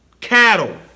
Cattle